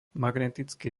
magnetický